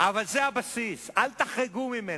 אבל זה הבסיס, אל תחרגו ממנו.